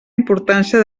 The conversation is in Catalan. importància